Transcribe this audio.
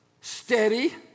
steady